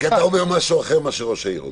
אתה אומר משהו אחר ממה שראש העיר אומר.